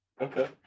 Okay